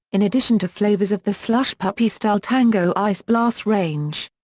in addition to flavours of the slushpuppy-style tango ice blast range.